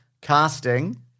casting